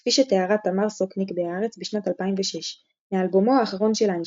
כפי שתיארה תמר סוקניק בהארץ בשנת 2006 "מאלבומו האחרון של איינשטיין,